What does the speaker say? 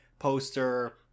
poster